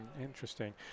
Interesting